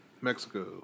Mexico